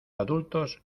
adultos